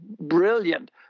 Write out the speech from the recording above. brilliant